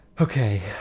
Okay